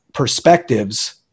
perspectives